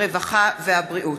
הרווחה והבריאות.